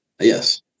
Yes